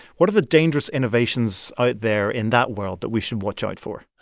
what are the dangerous innovations there in that world that we should watch out for?